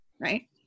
right